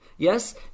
Yes